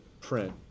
print